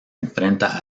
enfrenta